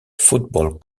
football